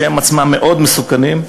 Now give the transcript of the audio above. שהם עצמם מאוד מסוכנים,